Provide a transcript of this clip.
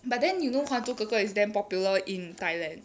but then you know 还珠格格 is damn popular in thailand